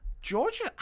Georgia